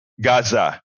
Gaza